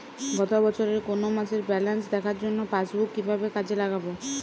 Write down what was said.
গত বছরের কোনো মাসের ব্যালেন্স দেখার জন্য পাসবুক কীভাবে কাজে লাগাব?